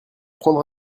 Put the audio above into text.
prendre